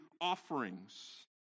offerings